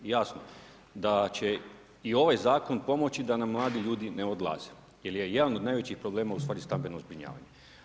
Jasno da će i ovaj zakon pomoći da nam mladi ljudi ne odlaze jer je jedan od najvećih problema ustvari stambeno zbrinjavanje.